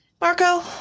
Marco